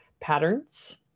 patterns